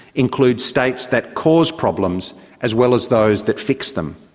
include states that cause problems as well as those that fix them.